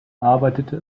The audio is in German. arbeitete